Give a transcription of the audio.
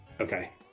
Okay